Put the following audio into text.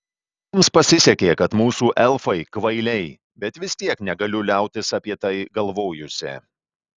mums pasisekė kad mūsų elfai kvailiai bet vis tiek negaliu liautis apie tai galvojusi